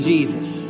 Jesus